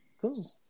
Cool